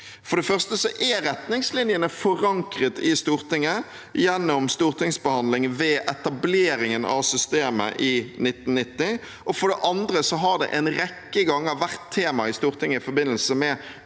For det første er retningslinjene forankret i Stortinget gjennom stortingsbehandling ved etableringen av systemet i 1990, og for det andre har det en rekke ganger vært tema i Stortinget i forbindelse med